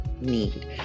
need